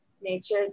Nature